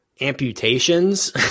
amputations